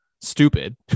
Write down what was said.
stupid